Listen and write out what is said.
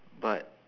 but